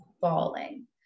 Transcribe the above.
falling